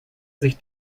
sich